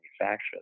manufacture